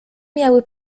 miały